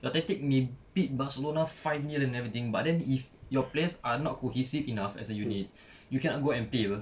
your tactic may beat barcelona five NIL and everything but then if your players are not cohesive enough as a unit you cannot go and play apa